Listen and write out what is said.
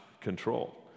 control